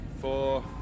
four